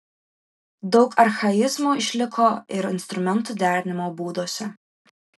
daug archaizmų išliko ir instrumentų derinimo būduose